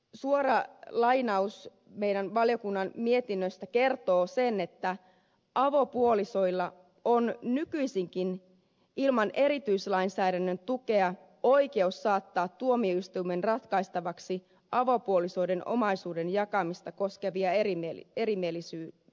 suora lainaus meidän valiokunnan mietinnöstä kertoo sen että avopuolisolla on nykyisin ilman erityislainsäädännön tukeakin oikeus saattaa tuomioistuimen ratkaistavaksi avopuolisoiden omaisuuden jakamista koskeva erimielisyys